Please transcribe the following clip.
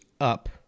up